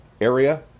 area